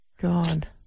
God